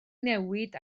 newid